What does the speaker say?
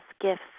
gifts